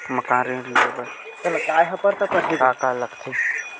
मकान ऋण ले बर का का लगथे?